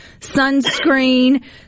sunscreen